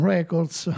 Records